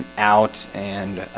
out and